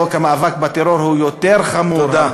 חוק המאבק בטרור, הוא יותר חמור, תודה.